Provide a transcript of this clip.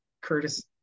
Curtis